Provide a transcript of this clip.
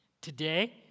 Today